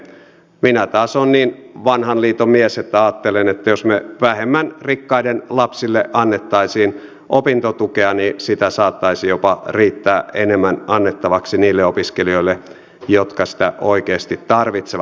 minä taas olen niin vanhan liiton mies että ajattelen että jos me rikkaiden lapsille antaisimme vähemmän opintotukea sitä saattaisi riittää jopa enemmän annettavaksi niille opiskelijoille jotka sitä oikeasti tarvitsevat